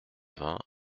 vingts